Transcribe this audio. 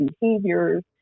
behaviors